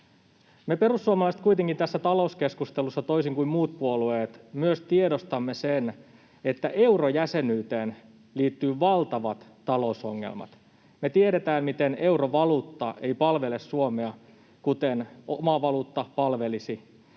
Me perussuomalaiset kuitenkin tässä talouskeskustelussa, toisin kuin muut puolueet, myös tiedostamme sen, että eurojäsenyyteen liittyy valtavat talousongelmat. Me tiedetään, miten eurovaluutta ei palvele Suomea, kuten oma valuutta palvelisi.